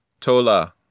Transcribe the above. Tola